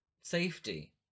safety